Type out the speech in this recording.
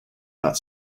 not